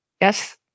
Yes